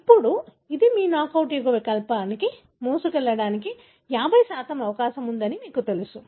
ఇప్పుడు ఇది మీ నాకౌట్ యుగ్మవికల్పాన్ని మోసుకెళ్లడానికి 50 అవకాశం ఉందని మీకు తెలుసు